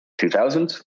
2000s